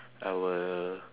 I will